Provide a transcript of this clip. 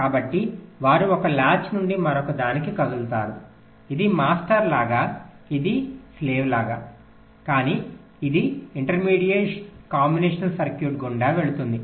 కాబట్టి వారు ఒక లాచ్ నుండి మరొకదానికి కదులుతారు ఇది మాస్టర్ లాగా ఇది బానిసలాగా కానీ అది ఇంటర్మీడియట్ కాంబినేషన్ సర్క్యూట్ గుండా వెళుతుంది